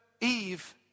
Eve